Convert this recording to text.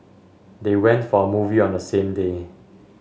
they went for a movie on the same day